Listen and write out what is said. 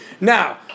Now